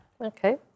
Okay